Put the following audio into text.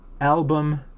album